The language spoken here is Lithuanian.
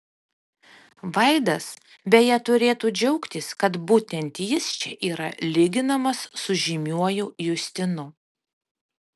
vaidas beje turėtų džiaugtis kad būtent jis čia yra lyginamas su žymiuoju justinu